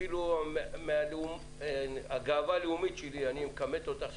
אני מכמת את הגאווה הלאומית שלי עכשיו